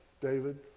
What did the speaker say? David